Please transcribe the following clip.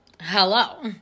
Hello